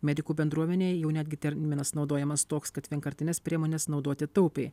medikų bendruomenėj jau netgi terminas naudojamas toks kad vienkartines priemones naudoti taupiai